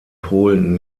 polen